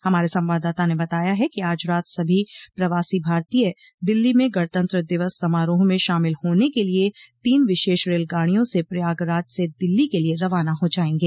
हमारे संवाददाता ने बताया है कि आज रात सभी प्रवासी भारतीय दिल्ली में गणतंत्र दिवस समारोह में शामिल होने के लिये तीन विशेष रेलगाड़ियों से प्रयागराज से दिल्ली के लिये रवाना हो जायेंगे